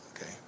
Okay